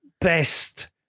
best